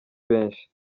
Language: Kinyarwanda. benshi